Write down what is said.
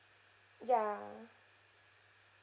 ya